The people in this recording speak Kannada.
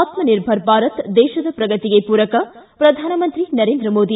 ಆತ್ನನಿರ್ಭರ ಭಾರತ ದೇಶದ ಪ್ರಗತಿಗೆ ಪೂರಕ ಪ್ರಧಾನಮಂತ್ರಿ ನರೇಂದ್ರ ಮೋದಿ